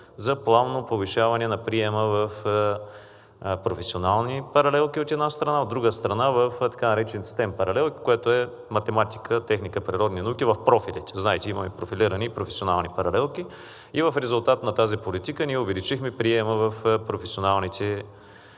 за плавно повишаване на приема в професионални паралелки, от една страна, а от друга страна, в така наречените STEM паралелки, което е математика, техника, природни науки в профилите. Знаете, имаме профилирани и професионални паралелки и в резултат на тази политика ние увеличихме приема в професионалните паралелки